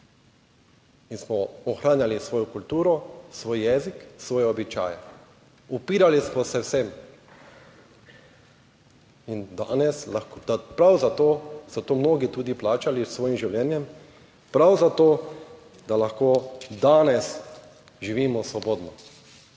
in smo ohranjali svojo kulturo, svoj jezik, svoje običaje. Upirali smo se vsem. In danes prav zato so to mnogi tudi plačali s svojim življenjem, prav zato, da lahko danes živimo svobodno.